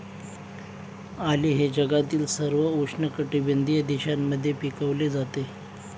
आले हे जगातील सर्व उष्णकटिबंधीय देशांमध्ये पिकवले जाते